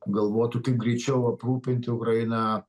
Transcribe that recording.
galvotų kaip greičiau aprūpint ukrainą